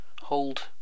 hold